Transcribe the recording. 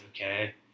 okay